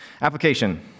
Application